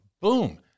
boom